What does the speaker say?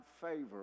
favor